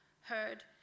heard